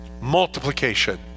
Multiplication